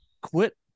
quit